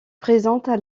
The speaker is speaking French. présentent